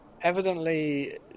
evidently